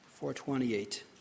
428